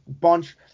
bunch